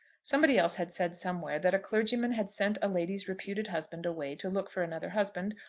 somebody else had said somewhere that a clergyman had sent a lady's reputed husband away to look for another husband,